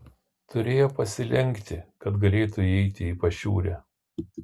turėjo pasilenkti kad galėtų įeiti į pašiūrę